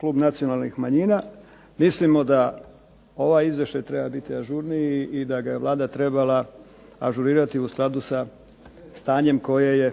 klub nacionalnih manjina mislimo da ovaj Izvještaj treba biti ažurniji i da ga je Vlada trebala ažurirati u skladu sa stanjem koje je